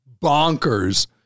bonkers